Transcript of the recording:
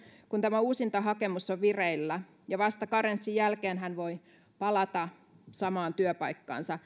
kun tämä uusintahakemus on vireillä ja vasta karenssin jälkeen hän voi palata samaan työpaikkaan